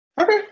Okay